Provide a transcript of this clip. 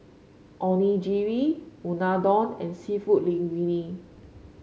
Onigiri Unadon and seafood Linguine